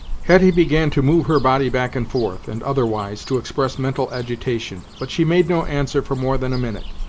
hetty began to move her body back and forth, and other-wise to express mental agitation but she made no answer for more than a minute.